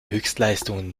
höchstleistung